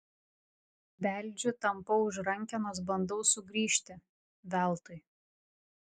beldžiu tampau už rankenos bandau sugrįžti veltui